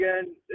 again